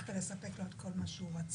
הצלחת לספק לו את כל מה שהוא רצה,